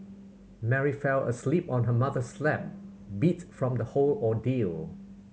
Mary fell asleep on her mother's lap beat from the whole ordeal